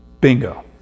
bingo